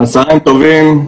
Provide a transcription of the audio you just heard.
טובים,